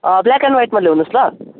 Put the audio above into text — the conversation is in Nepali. ब्ल्याक एन्ड व्हाइटमा ल्याउनुहोस् ल